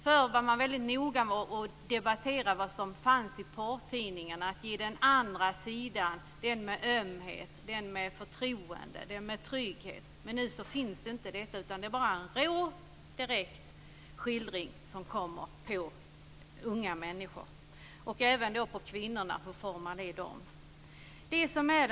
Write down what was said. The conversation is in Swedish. Förr var man väldigt noga med att debattera den andra sidan än den som fanns i porrtidningarna, den med ömhet, med förtroende och med trygghet, men nu finns inte detta, utan det är bara en rå och direkt skildring som unga människor möter. Hur formar detta kvinnorna?